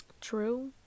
true